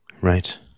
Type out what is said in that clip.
Right